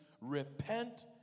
repent